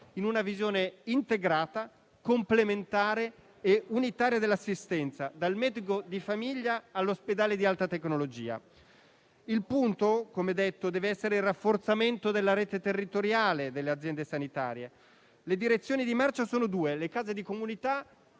in una visione integrata, complementare e unitaria dell'assistenza: dal medico di famiglia all'ospedale di alta tecnologia. Il punto deve essere il rafforzamento della rete territoriale delle aziende sanitarie. Le direzioni di marcia sono due: le case di comunità